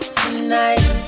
tonight